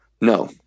No